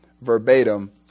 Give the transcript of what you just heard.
verbatim